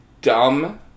dumb